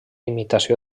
imitació